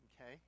okay